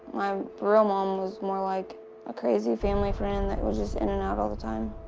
my real mom was more like a crazy family friend that was just in and out all the time.